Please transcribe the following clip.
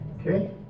Okay